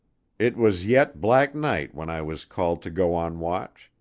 it was yet black night when i was called to go on watch,